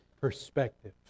perspective